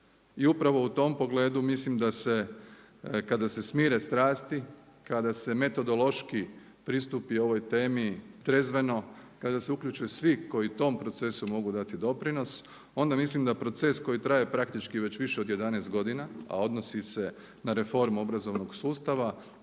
I upravo u tom pogledu mislim da se kada se smire strasti, kada se metodološki pristupi ovoj temi, trezveno, kada se uključe svi koji tom procesu mogu dati doprinos onda mislim da proces koji traje praktički već više od 11 godina, a odnosi se na reformu obrazovnog sustava